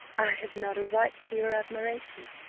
i have not a right to your admiration,